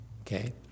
Okay